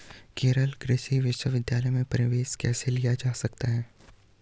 केरल कृषि विश्वविद्यालय में प्रवेश कैसे लिया जा सकता है?